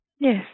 Yes